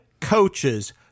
coaches